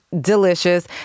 delicious